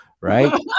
Right